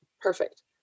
Perfect